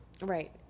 right